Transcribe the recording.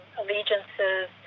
allegiances